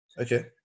okay